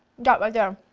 that right there.